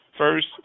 First